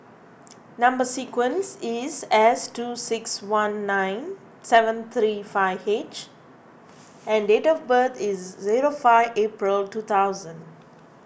Number Sequence is S two six one nine seven three five H and date of birth is zero five April two thousand